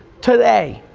today,